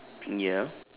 ya